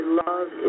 love